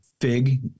Fig